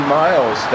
miles